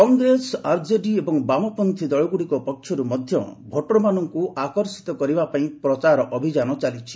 କଂଗ୍ରେସ ଆର୍ଜେଡି ଏବଂ ବାମପନ୍ନୀ ଦଳଗ୍ରଡ଼ିକ ପକ୍ଷର୍ ମଧ୍ୟ ଭୋଟର୍ମାନଙ୍କୁ ଆକର୍ଷିତ କରିବାପାଇଁ ପ୍ରଚାର ଅଭିଯାନ ଚାଲିଛି